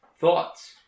thoughts